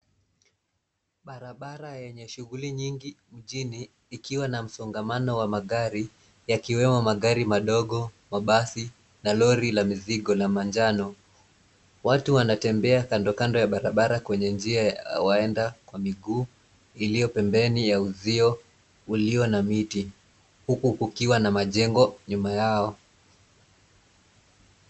Barabara yenye shughuli nyingi mjini ikiwa na msongamano wa magari yakiwemo magari madogo, mabasi na lori la mizigo la manjano. Watu wanatembea kando kando ya barabara kwenye njia ya waenda kwa miguu iliyo pembeni ya uzio ulio na miti huku kukiwa na majengo nyuma yao.